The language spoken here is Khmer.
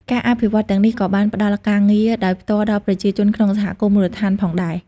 ការអភិវឌ្ឍន៍ទាំងនេះក៏បានផ្តល់ការងារដោយផ្ទាល់ដល់ប្រជាជនក្នុងសហគមន៍មូលដ្ឋានផងដែរ។